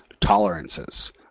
tolerances